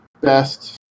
best